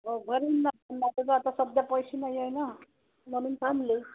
हो भरीन ना पण आता सध्या पैसे नाही आहे ना म्हणून थांबले